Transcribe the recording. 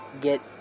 get